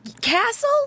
Castle